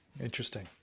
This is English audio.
Interesting